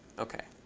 ok.